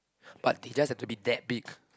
but it just have to be that big